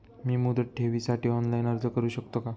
मी मुदत ठेवीसाठी ऑनलाइन अर्ज करू शकतो का?